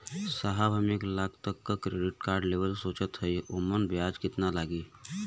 साहब हम एक लाख तक क क्रेडिट कार्ड लेवल सोचत हई ओमन ब्याज कितना लागि?